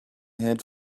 had